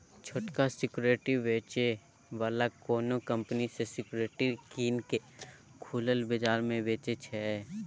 छोटका सिक्युरिटी बेचै बला कोनो कंपनी सँ सिक्युरिटी कीन केँ खुलल बजार मे बेचय छै